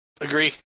agree